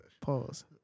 Pause